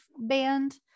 band